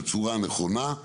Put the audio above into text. בצורה הנכונה.